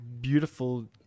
beautiful